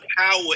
power